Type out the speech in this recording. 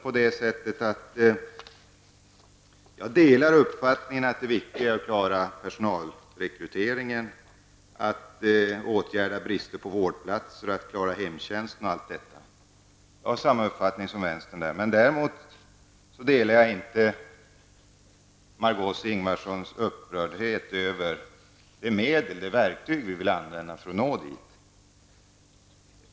Jag delar vänsterns uppfattning att det är viktigt att klara personalrekryteringen, att åtgärda bristen på vårdplatser, brister i hemtjänsten osv. Däremot delar jag inte Margó Ingvardssons upprördhet över de medel som vi vill använda för att nå dit.